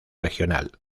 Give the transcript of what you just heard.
regional